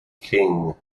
king